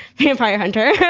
vampire hunter. but,